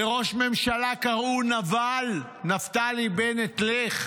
לראש ממשלה קראו נבל, נפתלי בנט, לך,